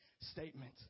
statement